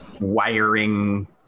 wiring